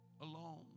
alone